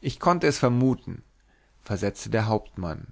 ich konnte es vermuten versetzte der haupt mann